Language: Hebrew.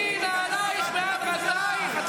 שלי נעלייך מעל רגלייך.